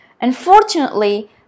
Unfortunately